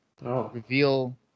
Reveal